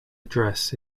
address